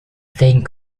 saying